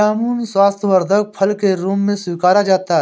जामुन स्वास्थ्यवर्धक फल के रूप में स्वीकारा जाता है